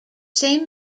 same